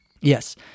Yes